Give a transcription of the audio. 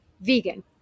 vegan